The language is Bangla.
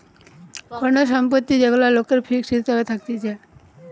কোন সম্পত্তি যেগুলা লোকের ফিক্সড হিসাবে থাকতিছে